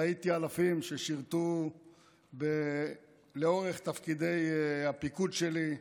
ראיתי אלפים ששירתו לאורך תפקידי הפיקוד שלי,